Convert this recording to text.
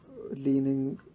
Leaning